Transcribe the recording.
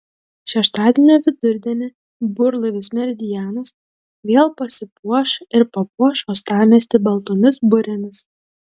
šeštadienio vidurdienį burlaivis meridianas vėl pasipuoš ir papuoš uostamiestį baltomis burėmis